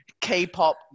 K-pop